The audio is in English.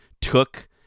took